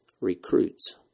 recruits